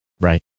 Right